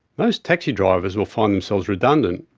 most taxi drivers will find themselves redundant,